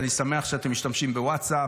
אני שמח שאתם משתמשים בווטסאפ,